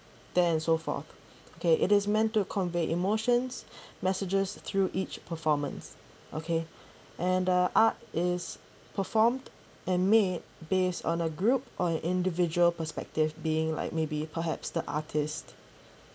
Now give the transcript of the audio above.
then and so forth okay it is meant to convey emotions messages through each performance okay and uh art is performed and made based on a group or an individual perspective being like maybe perhaps the artist